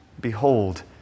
Behold